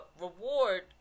reward